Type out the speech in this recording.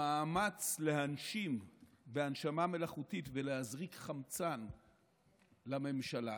במאמץ להנשים בהנשמה מלאכותית ולהזריק חמצן לממשלה,